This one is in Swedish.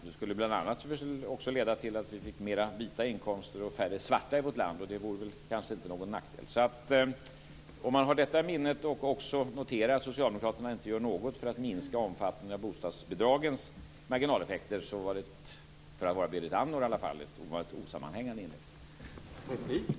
Det skulle bl.a. leda till att vi fick mera vita inkomster och färre svarta i vårt land, och det vore kanske inte någon nackdel. Om man har detta i minnet och noterar att Socialdemokraterna inte gör något för att minska omfattningen av bostadsbidragens marginaleffekter var det, i alla fall för att vara Berit Andnor, ett ovanligt osammanhängande inlägg.